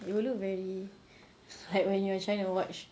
it will look very like when you're trying to watch